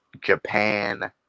Japan